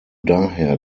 daher